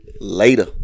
Later